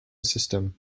system